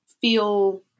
feel